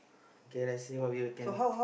okay like say what we you can